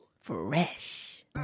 Fresh